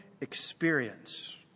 experience